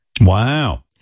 Wow